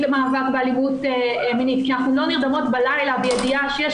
למאבק באלימות כי אנחנו לא נרדמות בלילה בידיעה שיש